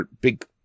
big